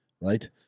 right